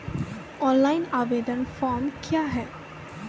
Online आवेदन form क्या हैं?